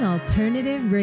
Alternative